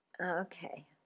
Okay